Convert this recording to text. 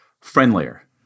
friendlier